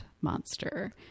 Monster